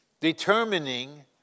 determining